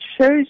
shows